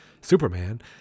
Superman